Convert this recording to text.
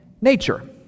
nature